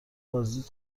بازدید